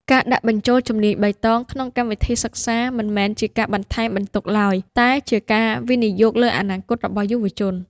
ការដាក់បញ្ចូលជំនាញបៃតងក្នុងកម្មវិធីសិក្សាមិនមែនជាការបន្ថែមបន្ទុកឡើយ តែជាការវិនិយោគលើអនាគតរបស់យុវជន។